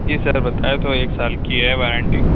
جی sir بتایا تو ایک سال کی ہے وارنٹی